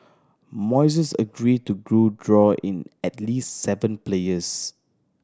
Moises agreed to grew draw in at least seven players